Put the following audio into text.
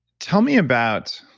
tell me about